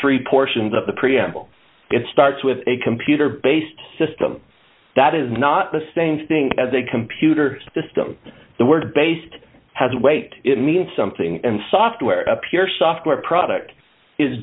ree portions of the preamble it starts with a computer based system that is not the same thing as a computer system the word based has wait it means something and software appears software product is